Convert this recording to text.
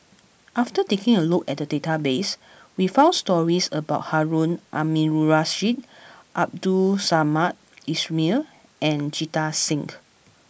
after taking a look at the database we found stories about Harun Aminurrashid Abdul Samad Ismail and Jita Singh